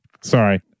Sorry